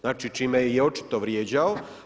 Znači čime je očito i vrijeđao.